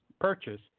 purchase